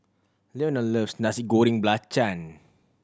Leonel loves Nasi Goreng Belacan